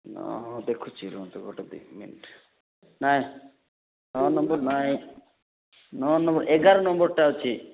ନା ହଁ ଦେଖୁଛି ରୁହନ୍ତୁ ଗୋଟେ ଦୁଇ ମିନିଟ୍ ନାଇଁ ନଅ ନମ୍ବର ନାଇଁ ନଅ ନମ୍ବର ଏଗାର ନମ୍ବରଟା ଅଛି